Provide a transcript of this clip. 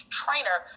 trainer